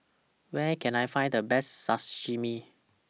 Where Can I Find The Best Sashimi